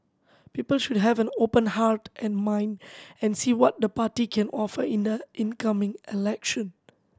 people should have an open heart and mind and see what the party can offer in the in coming election